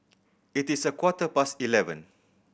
it is a quarter past eleven